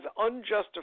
unjustified